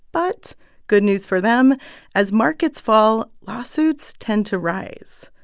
but good news for them as markets fall, lawsuits tend to rise.